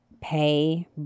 pay